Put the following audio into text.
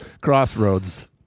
crossroads